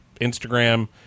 Instagram